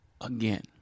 again